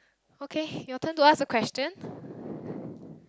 okay your turn to ask the question